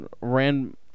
ran